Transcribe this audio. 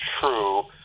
true